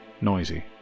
noisy